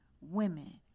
women